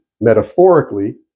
metaphorically